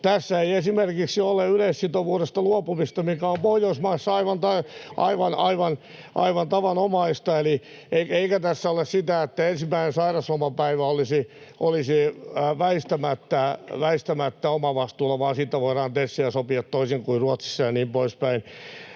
[Välihuutoja sosiaalidemokraattien ryhmästä] mikä on Pohjoismaissa aivan tavanomaista, eikä tässä ole sitä, että ensimmäinen sairauslomapäivä olisi väistämättä omavastuulla, vaan siitä voidaan TESillä sopia, toisin kuin Ruotsissa ja niin poispäin.